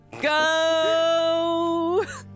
Go